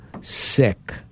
sick